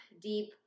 deep